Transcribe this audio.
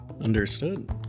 Understood